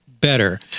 better